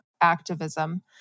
activism